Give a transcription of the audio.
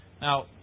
Now